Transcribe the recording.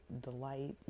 delight